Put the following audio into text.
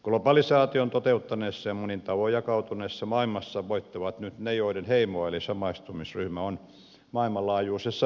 globalisaation toteuttaneessa ja monin tavoin jakautuneessa maailmassa voittavat nyt ne joiden heimo eli samaistumisryhmä on maailmanlaajuisessa nosteessa